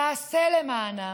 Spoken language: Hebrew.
תעשה למענם.